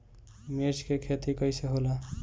मिर्च के खेती कईसे होला?